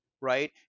right